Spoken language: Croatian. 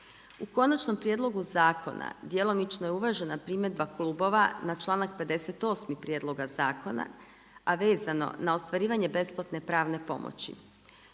U konačnom prijedlogu zakona, djelomično je uvažena primjedba klubova na članak 58. prijedloga zakona a vezano na ostvarivanje besplatne pravne pomoći.